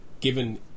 given